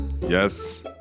Yes